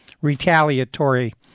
retaliatory